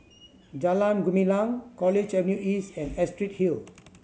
Jalan Gumilang College Avenue East and Astrid Hill